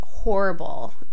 Horrible